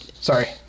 sorry